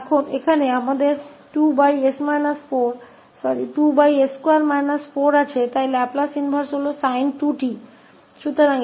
यहाँ हमारे पास 2s24 हैइसलिए इसका लाप्लास प्रतिलोम sin 2𝑡 है